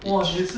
each